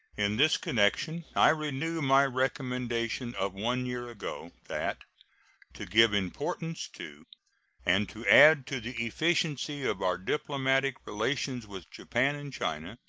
in this connection i renew my recommendation of one year ago, that to give importance to and to add to the efficiency of our diplomatic relations with japan and china,